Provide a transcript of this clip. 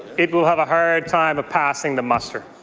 it will have a hard time of passing the muster.